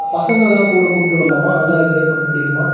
பசங்களெலாம் கூட கூட்டு வரலாமா நல்லா என்ஜாய் பண்ண முடியுமா